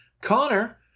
Connor